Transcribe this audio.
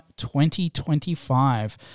2025